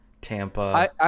Tampa